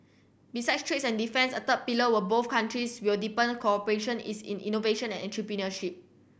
besides trades and defence a third pillar were both countries will deepen cooperation is in innovation and entrepreneurship